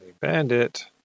bandit